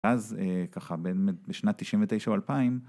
אז, אה, ככה באמת בשנת 99 או 2000